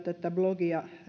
tätä blogia